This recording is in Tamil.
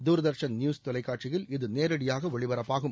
துர்தர்ஷன் நியூஸ் தொலைக்காட்சியில் இது நேரடியாக ஒளிபரப்பாகும்